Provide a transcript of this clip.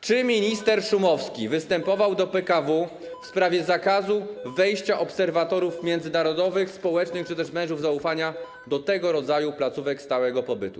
Czy minister Szumowski występował do PKW w sprawie zakazu wejścia obserwatorów międzynarodowych, społecznych czy też mężów zaufania do tego rodzaju placówek stałego pobytu?